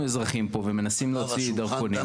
אזרחים פה ומנסים להוציא דרכונים.